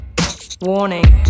Warning